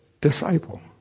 disciple